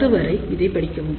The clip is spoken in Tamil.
அதுவரை இதை படிக்கவும்